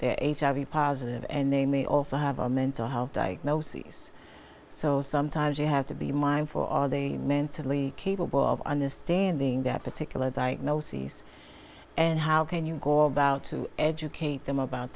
they're hiv positive and they may also have a mental health diagnoses so sometimes you have to be mindful all the mentally capable of understanding that particular diagnosis and how can you go about to educate them about